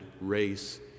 race